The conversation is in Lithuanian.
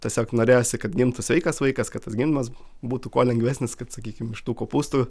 tiesiog norėjosi kad gimtų sveikas vaikas kad tas gimdymas būtų kuo lengvesnis kad sakykim iš tų kopūstų